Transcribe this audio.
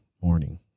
morning